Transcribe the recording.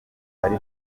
ari